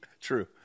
true